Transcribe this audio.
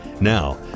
Now